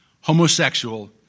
homosexual